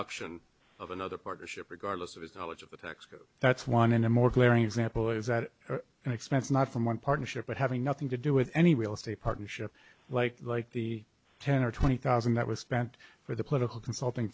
deduction of another partnership regardless of its knowledge of the text that's one in a more glaring example is that an expense not someone partnership but having nothing to do with any real if a partnership like like the ten or twenty thousand that was spent for the political consulting